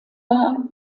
war